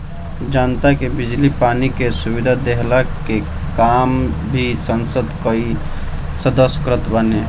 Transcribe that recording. जनता के बिजली पानी के सुविधा देहला के काम भी संसद कअ सदस्य करत बाने